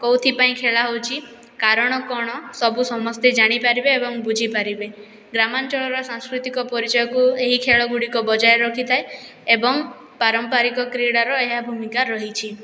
କେଉଁଥିପାଇଁ ଖେଳା ହେଉଛି କାରଣ କ'ଣ ସବୁ ସମସ୍ତେ ଜାଣିପାରିବେ ଓ ବୁଝିପାରିବେ ଗ୍ରାମାଞ୍ଚଳରେ ସାଂସ୍କୃତିକ ପରିଚୟକୁ ଏହି ଖେଳ ଗୁଡ଼ିକ ବଜାୟ ରଖିଥାଏ ଏବଂ ପାରମ୍ପାରିକ କ୍ରୀଡ଼ାର ଏହା ଭୂମିକା ରହିଛି